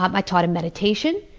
um i taught him meditation,